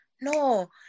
no